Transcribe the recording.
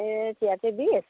ए चिया चाहिँ बिस